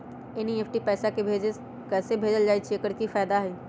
NEFT से पैसा कैसे भेजल जाइछइ? एकर की फायदा हई?